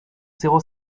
zéro